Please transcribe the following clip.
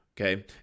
Okay